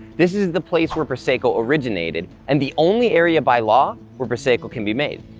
this is the place where prosecco originated and the only area by law where prosecco can be made.